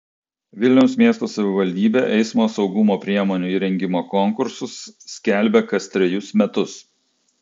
vilniaus miesto savivaldybė eismo saugumo priemonių įrengimo konkursus skelbia kas trejus metus